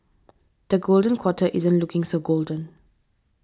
the golden quarter isn't looking so golden